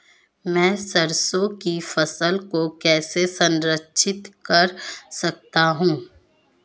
मैं सरसों की फसल को कैसे संरक्षित कर सकता हूँ?